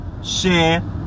share